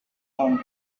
home